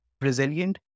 resilient